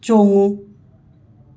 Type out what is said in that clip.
ꯆꯣꯡꯉꯨ